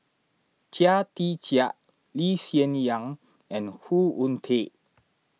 Chia Tee Chiak Lee Hsien Yang and Khoo Oon Teik